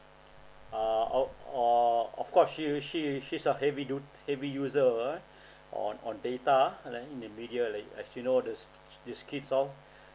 err of err of course she she she's a heavy du~ heavy user ah on on data and then in the media like you know there's this kids all